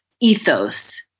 ethos